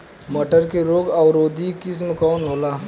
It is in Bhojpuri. मटर के रोग अवरोधी किस्म कौन होला?